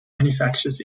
manufacturers